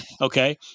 Okay